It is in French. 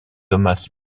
thomas